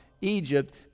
Egypt